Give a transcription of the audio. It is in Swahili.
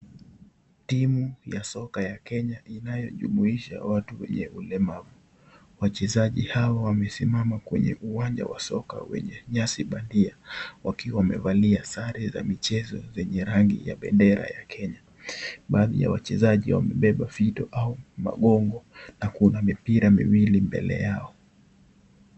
Timu ya soka Kenya inayojumuisha watu wenye ulemavu. Wachezajji hawa wamesimama kwenye uwanja wa soka wenye nyasi bandia wakiwa wamevalia sare za michezo zenye rangi ya bendera ya Kenya. Baadhi ya wachezaji wamebeba fito au magongo na kuna mpira miwli mbele yao.